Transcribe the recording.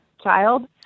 child